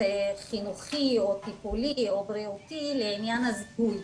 חינוכי או טיפולי או בריאותי לעניין הזיהוי,